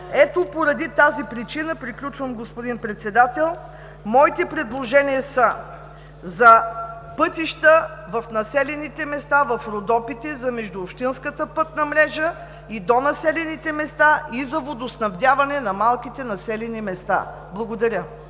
изтекло.) ДОРА ЯНКОВА: ...приключвам, господин Председател, моите предложения са: за пътища в населените места – в Родопите, за междуообщинската пътна мрежа и до населените места, и за водоснабдяване на малките населени места. Благодаря.